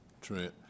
Trent